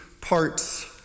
parts